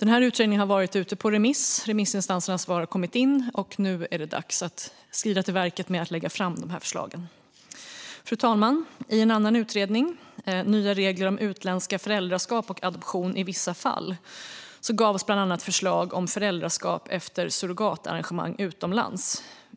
Utredningen har varit ute på remiss, och remissinstansernas svar har kommit in. Nu är det dags att skrida till verket med att lägga fram de här förslagen. Fru talman! I en annan utredning, Nya regler om utländska föräldraskap och adoption i vissa fall , gavs bland annat förslag om föräldraskap efter surrogatarrangemang utomlands.